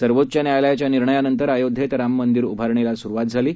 सर्वोच्च न्यायालयाच्या निर्णयानंतर अयोध्येत राममंदिर उभारणीला सुरुवात झाली आहे